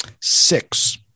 Six